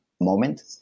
moment